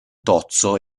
tozzo